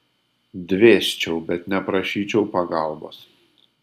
dvėsčiau bet neprašyčiau pagalbos